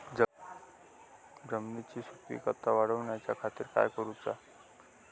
जमिनीची सुपीकता वाढवच्या खातीर काय करूचा?